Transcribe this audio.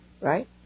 Right